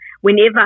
whenever